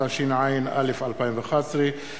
התשע"א 2011,